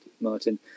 Martin